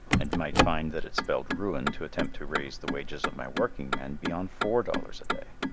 and might find that it spelled ruin to attempt to raise the wages of my workingmen beyond four dollars a day.